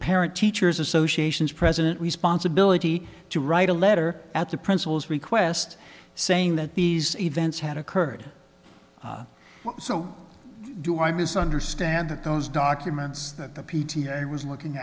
parent teachers associations president responsibility to write a letter at the principal's request saying that these events had occurred so do i misunderstand that those documents that the p t a i was looking